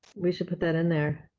we should put that in there.